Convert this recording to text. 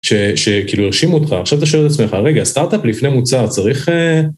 שכאילו הרשימו אותך, עכשיו אתה שואל את עצמך, רגע, סטארט-אפ לפני מוצר צריך...